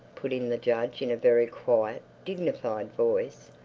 put in the judge in a very quiet, dignified voice,